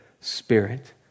Spirit